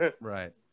Right